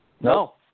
No